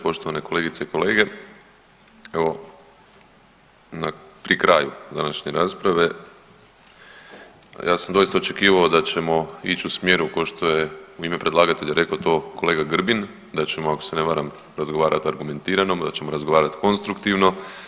Poštovane kolegice i kolege, evo pri kraju današnje rasprave ja sam doista očekivao da ćemo ići u smjeru ko što je u ime predlagatelja rekao to kolega Grbin, da ćemo ako se ne varam razgovarati argumentirano, da ćemo razgovarat konstruktivno.